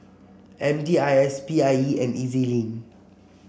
M D I S P I E and E Z Link